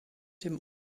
dem